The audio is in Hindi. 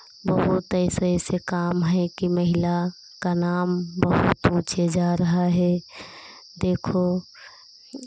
बहुत ऐसे ऐसे काम हैं कि महिला का नाम बहुत ऊँचे जा रहा है देखो